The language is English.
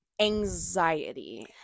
Anxiety